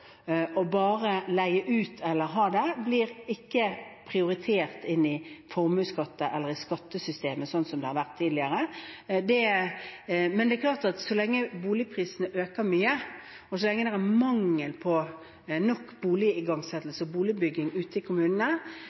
bare å leie den ut eller å ha den, ikke blir prioritert i skattesystemet, sånn som det har vært tidligere. Men det er klart at så lenge boligprisene øker mye, og så lenge det er mangel på nok boligigangsettelse og boligbygging ute i kommunene,